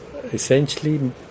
Essentially